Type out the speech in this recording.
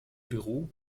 büro